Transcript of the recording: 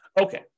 Okay